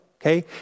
okay